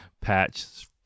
patch